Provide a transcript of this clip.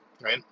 right